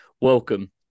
Welcome